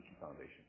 Foundation